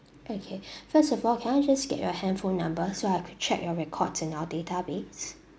okay first of all can I just get your handphone number so I could check your records in our database